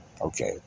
Okay